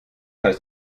heißt